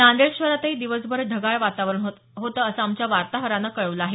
नांदेड शहरातही दिवसभर ढगाळ वातावरण होतं असं आमच्या वार्ताहरान कळवलं आहे